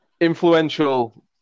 influential